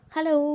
Hello